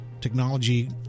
technology